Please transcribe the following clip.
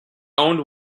owned